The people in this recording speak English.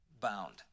bound